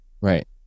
right